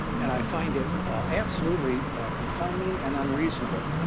and i find it absolutely confining and unreasonable.